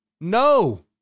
No